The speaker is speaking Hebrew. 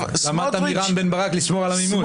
למדת מרם בן ברק לשמור על עמימות.